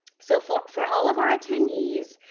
so for for all of our attendees,